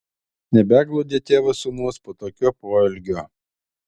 nebeglaudė tėvas sūnaus po tokio poelgio